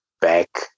back